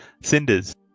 cinders